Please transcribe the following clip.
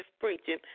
preaching